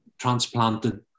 transplanted